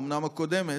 אומנם הקודמת.